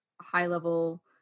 high-level